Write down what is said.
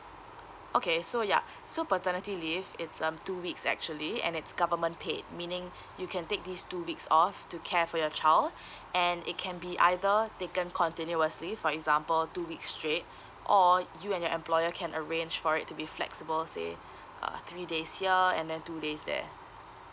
okay so ya so paternity leave it's um two weeks actually and it's government paid meaning you can take these two weeks off to care for your child and it can be either taken continuously for example two weeks straight or you and your employer can arrange for it to be flexible say uh three days here and then two days there